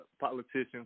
politicians